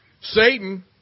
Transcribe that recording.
Satan